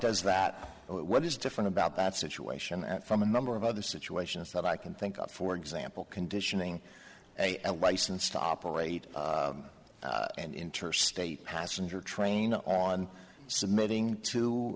does that what is different about that situation at from a number of other situations that i can think of for example conditioning a license to operate and interstate passenger train on